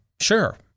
Sure